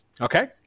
Okay